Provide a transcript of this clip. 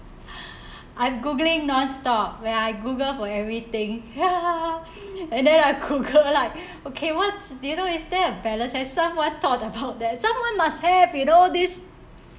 I'm googling nonstop where I google for everything ya and then I google like okay what do you know is there a balance has someone thought about that someone must have you know all these